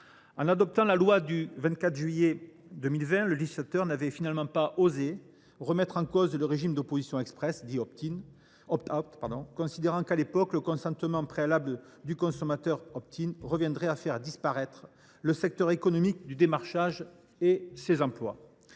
En adoptant la loi du 24 juillet 2020, le législateur n’avait finalement pas osé remettre en cause le régime d’opposition expresse, dit, considérant à l’époque que le consentement préalable du consommateur –– reviendrait à faire disparaître le secteur économique du démarchage et ses emplois.